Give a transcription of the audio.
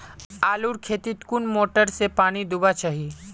आलूर खेतीत कुन मोटर से पानी दुबा चही?